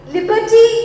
Liberty